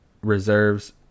reserves